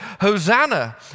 Hosanna